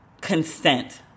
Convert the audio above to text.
consent